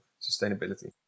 sustainability